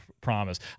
promise